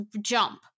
jump